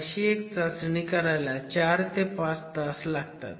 अशी एक चाचणी करायला 4 ते 5 तास लागतात